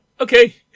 Okay